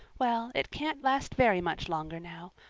well, it can't last very much longer now.